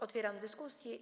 Otwieram dyskusję.